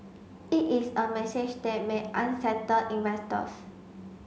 it is a message that may unsettle investors